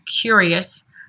curious